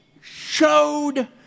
showed